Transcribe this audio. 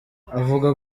avuga